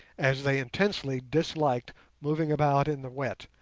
as they intensely disliked moving about in the wet,